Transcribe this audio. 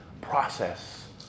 process